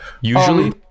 Usually